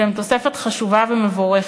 שהם תוספת חשובה ומבורכת.